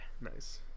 Nice